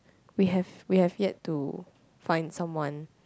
we have we have yet to find someone